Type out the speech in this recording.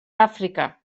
àfrica